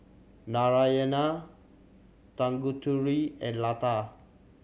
Narayana Tanguturi and Lata